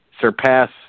surpass –